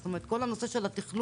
זאת אומרת, כל הנושא של התכנון